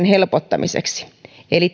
helpottamiseksi eli